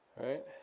right